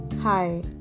Hi